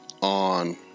on